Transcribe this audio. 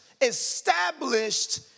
established